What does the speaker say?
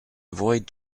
avoid